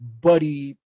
buddy